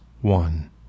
One